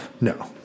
no